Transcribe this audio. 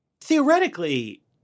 theoretically